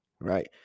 right